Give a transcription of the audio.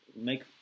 make